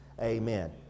Amen